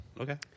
Okay